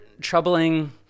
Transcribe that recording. troubling